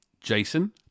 jason